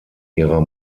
ihrer